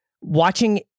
watching